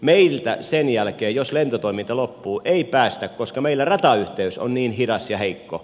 meiltä sen jälkeen jos lentotoiminta loppuu ei päästä koska meillä ratayhteys on niin hidas ja heikko